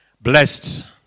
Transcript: blessed